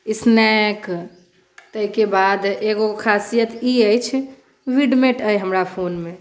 snack ताहिके बाद एगो खासियत ई अछि विडमेट अछि हमरा फोनमे